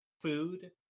food